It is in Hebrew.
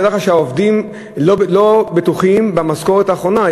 תדע לך שהעובדים לא בטוחים במשכורת האחרונה.